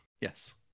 Yes